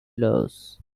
laws